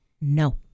No